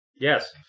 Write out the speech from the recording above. Yes